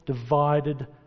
divided